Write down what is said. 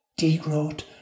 Degrowth